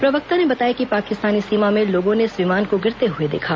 प्रवक्ता ने बताया कि पाकिस्तानी सीमा में लोगों ने इस विमान को गिरते हुए देखा